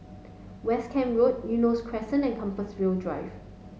West Camp Road Eunos Crescent and Compassvale Drive